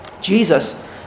Jesus